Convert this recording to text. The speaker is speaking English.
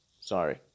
Sorry